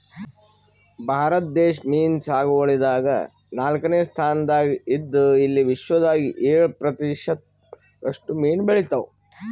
ಭಾರತ ದೇಶ್ ಮೀನ್ ಸಾಗುವಳಿದಾಗ್ ನಾಲ್ಕನೇ ಸ್ತಾನ್ದಾಗ್ ಇದ್ದ್ ಇಲ್ಲಿ ವಿಶ್ವದಾಗ್ ಏಳ್ ಪ್ರತಿಷತ್ ರಷ್ಟು ಮೀನ್ ಬೆಳಿತಾವ್